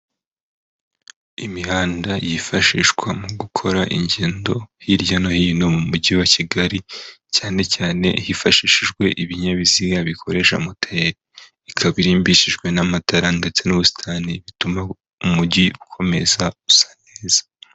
Imihanda yifashishwa mu gukora ingendo hirya no hino mu mujyi wa Kigali cyane cyane hifashishijwe ibinyabiziga bikoresha moteri ikaba irimbishijwe n'amatara ndetse n'ubusitani bituma umujyi ukomeza gusa nezaza.